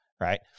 right